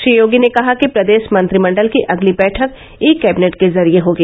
श्री योगी ने कहा कि प्रदेश मंत्रिमंडल की अगली बैठक ई कैबिनेट के जरिये होगी